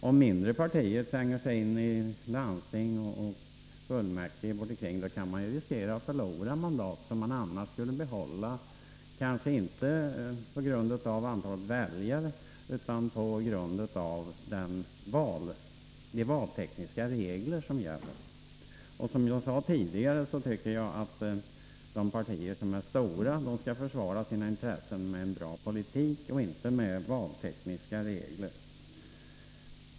Om mindre partier tränger sig in i landstingen kan de större partierna riskera att förlora mandat som de annars skulle få behålla — inte på grund av antalet väljare utan på grund av de valtekniska regler som gäller. Som jag sade tidigare tycker jag att de stora partierna skall försvara sina intressen med en bra politik och inte med valtekniska regler.